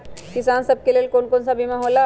किसान सब के लेल कौन कौन सा बीमा होला?